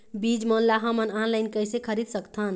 बीज मन ला हमन ऑनलाइन कइसे खरीद सकथन?